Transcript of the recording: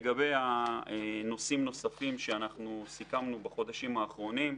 לגבי נושאים נוספים שסיכמנו בחודשים האחרונים,